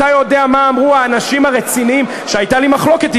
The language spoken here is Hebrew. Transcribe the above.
אתה גם יודע על מי אני מדבר.